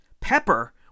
Pepper